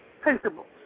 principles